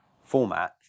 format